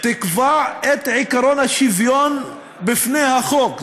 תקבע את עקרון השוויון בפני החוק.